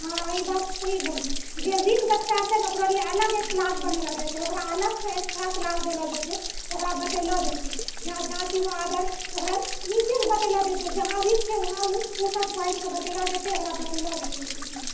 हँ ई बात सही बोलले जे विक बच्चा छै ने ओकरो लिए एक अलग क्लास बनेलो छै ओकरा अलग से एक्स्ट्रा क्लास दै लए जे छै ओकरा बतेलहो जेतय जहाँ विक छै वहाँ ओ सब पॉइंट के बतेलहो छै कते ओकरा बतेलहो जेतै